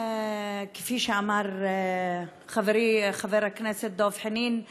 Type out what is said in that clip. כפי שאמר חברי חבר הכנסת דב חנין,